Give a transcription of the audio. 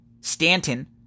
Stanton